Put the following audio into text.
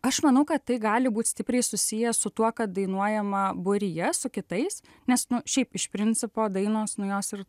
aš manau kad tai gali būt stipriai susiję su tuo kad dainuojama būryje su kitais nes nu šiaip iš principo dainos nu jos ir